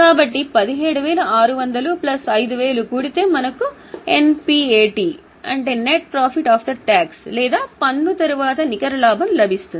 కాబట్టి 17600 ప్లస్ 5000 కూడితే మనకు ఎన్పిఎటి లేదా పన్ను తరువాత నికర లాభం లభిస్తుంది